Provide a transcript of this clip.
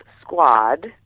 Squad